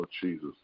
Jesus